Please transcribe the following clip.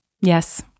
yes